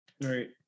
Right